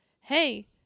hey